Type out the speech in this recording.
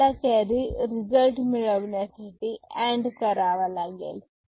आलेला carry result मिळण्यासाठी एड करावा लागेल